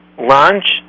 lunch